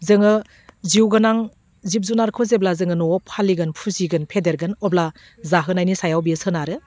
जोङो जिउ गोनां जिब जुनारखौ जेब्ला जोङो न'वाव फालिगोन फुजिगोन फेदेरगोन अब्ला जाहोनायनि सायाव बेयो सोनारो